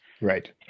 Right